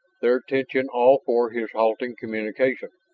their attention all for his halting communication.